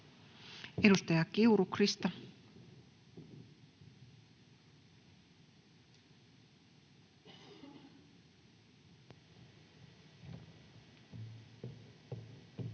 Edustaja Kiuru, Krista. [Speech